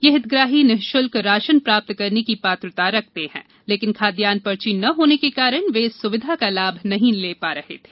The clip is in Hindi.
ये हितग्राही निःशुल्क राशन प्राप्त करने की पात्रता रखते है परन्तु खाद्यान्न पर्ची न होने के कारण वे इस सुविधा का लाभ नही ले पा रहे थे